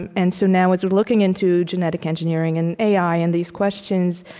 and and so now, as we're looking into genetic engineering and ai and these questions,